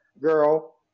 girl